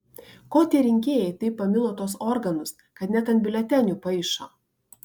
ko tie rinkėjai taip pamilo tuos organus kad net ant biuletenių paišo